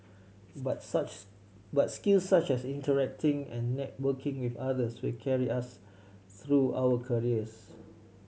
but such but skills such as interacting and networking with others will carry us through our careers